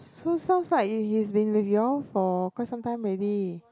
so sounds like he's been with you all for quite some time already